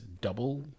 double